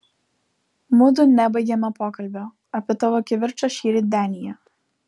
mudu nebaigėme pokalbio apie tavo kivirčą šįryt denyje